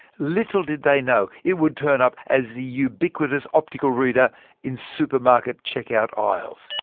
little did they know it would turn up as the ubiquitous optical reader in supermarket checkout aisles.